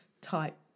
type